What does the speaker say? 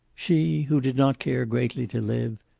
she, who did not care greatly to live,